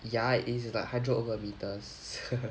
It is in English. ya it is like it's like hundred over meters